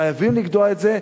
חייבים לגדוע את זה.